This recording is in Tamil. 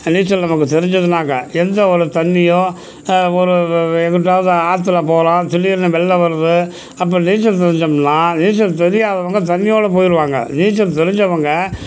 நீச்சல் நமக்குத் தெரிஞ்சதுனாக்க எந்த ஒரு தண்ணியும் ஒரு எங்கிட்டாவது ஆற்றில போகிறோம் திடீர்னு வெள்ளம் வருது அப்போ நீச்சல் தெரிஞ்சோம்னா நீச்சல் தெரியாதவங்க தண்ணியோடு போய்ருவாங்க நீச்சல் தெரிஞ்சவங்க